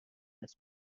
بدست